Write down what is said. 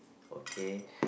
okay